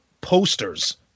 posters